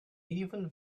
even